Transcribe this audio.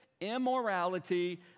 immorality